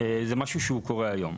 זה משהו שהוא קורה היום.